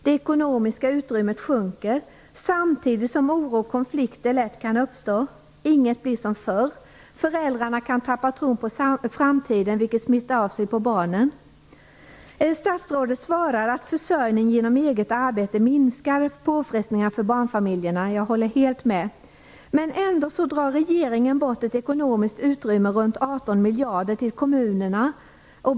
Det ekonomiska utrymmet sjunker, samtidigt som oro och konflikter lätt kan uppstå. Inget blir som förr. Föräldrarna kan tappa tron på framtiden, vilket smittar av sig på barnen. Statsrådet svarar att försörjning genom eget arbete minskar påfrestningarna för barnfamiljerna. Jag håller helt med om det. Men ändå drar regeringen bort ett ekonomiskt utrymme runt 18 miljarder till kommunerna.